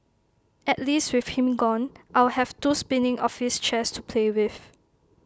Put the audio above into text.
at least with him gone I'll have two spinning office chairs to play with